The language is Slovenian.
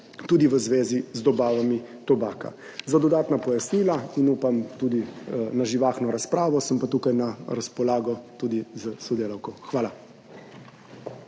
tudi v zvezi z dobavami tobaka. Za dodatna pojasnila, in upam tudi na živahno razpravo, sem pa tukaj na razpolago tudi s sodelavko. Hvala.